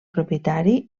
propietari